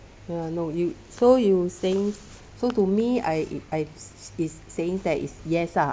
ya no you so you saying so to me I I is saying that is yes ah